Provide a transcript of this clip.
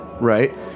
right